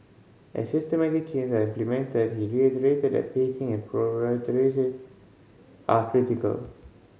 as systemic change are implemented he reiterated that pacing and are critical